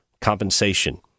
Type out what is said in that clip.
compensation